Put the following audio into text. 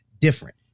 different